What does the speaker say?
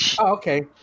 okay